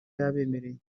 yabemereye